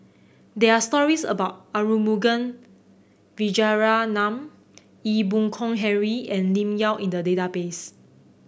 there are stories about Arumugam Vijiaratnam Ee Boon Kong Henry and Lim Yau in the database